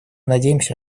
надеемся